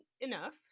enough